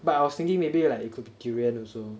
but I was thinking maybe yeah like it could be durian also